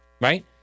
Right